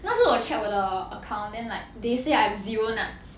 那时我 check 我的 account then like they say I have zero nuts